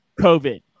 covid